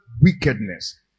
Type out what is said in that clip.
wickedness